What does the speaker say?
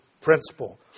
principle